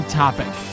topic